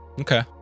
okay